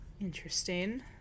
interesting